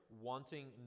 wanting